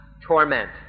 torment